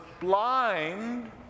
blind